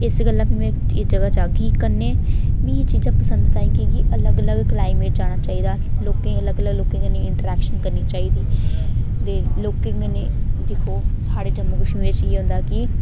इस गल्ला में इस जगह् जाह्गी कन्नै मिगी एह् चीज़ां पसंद न की के अलग अलग क्लाइमेट जाना चाहिदा लोकें अलग अलग लोकें नै अट्रैक्शन करना चाहिदी ते लोकें कन्नै दिक्खो साढ़े जम्मू कशमीर च एह् होंदा कि